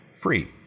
free